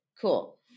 cool